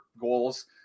goals